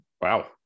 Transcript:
Wow